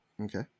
Okay